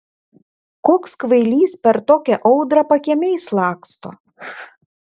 koks kvailys per tokią audrą pakiemiais laksto